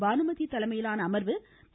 பானுமதி தலைமையிலான அமர்வு திரு